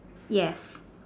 yes